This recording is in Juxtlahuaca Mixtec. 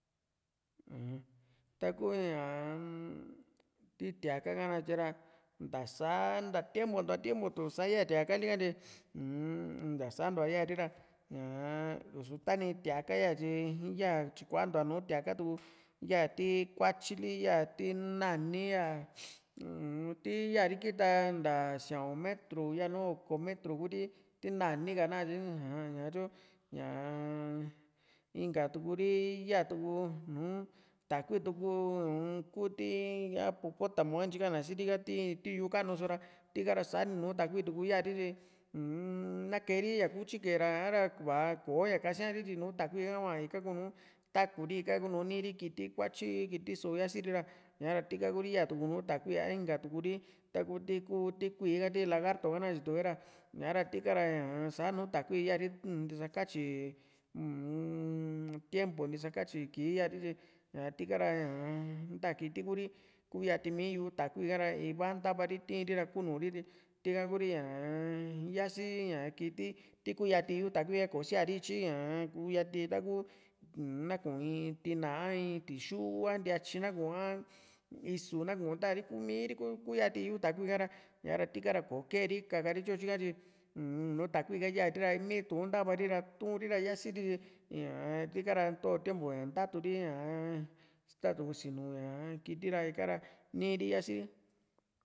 taku ñaa-n ti tiaka ha nakatye ra ntasa ntaa tiempu ntua tiempu tu iyaa tiakali ha tyi uum ntasantua yaa ri ra ñaa nisu tani tiaka ha yaa tyi íya ntua tyikua nùù tiaka tuku ya ti kuatyili ti ya ti nani ya uum ti yaari kita nta sia´un metru yanu oko metru Kuri tinani ka natye ni aja ñatyu ñaa-m inka turi tii yatu nùù takuii tuku uun ku ti ña hipopotamo a ntyi ka´an na siri ka ti ti yu´u kanu so ra tika ra sa´ni nùù takuitu ku yaari ri uu-n nakeri ña ku tyike ra sa´ra va koña kasiari tyi nùù takui yari ika kunu taku ri ika kunu niiri kiti kuatyi kiti só siasiri ra ña´ha ra tika Kuri yaa tuku nùù takui a inka tuku ri taku ti ku ti kuíí ti lagasti na katyiue ra ña´ra tii´ha ra ñaa sa nùù takui yaari ntisakatyi uun tiempo ntisakatyi kii yari tyi ña tika ra ñaa-mnta kiti Kuri kuu yati mii yu´u takui ka ra iva ntavari kiri ra kunu ri tika Kuri ñaa yasi ri ña kiti tiku yati yu´u takui kò´o siari ityi ñaa kuyati kuu naku iin tina a in tixu a ntaityi naku a isu na luuntaari kuumi ri ku yati yu´u takui ha´ra ñara tika ra ko keeri kakari tyo ytyika tyi uun nùù takui yaari ra mitu ntava ri ra tuuri ra yasiri ñaa tika ra todo tiempu ña ntatu ri ñaa tatu´n sinu ñaa kiti ra ikara nii ri yasiri